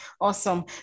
Awesome